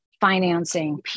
financing